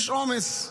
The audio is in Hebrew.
יש עומס.